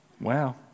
Wow